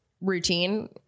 routine